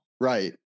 right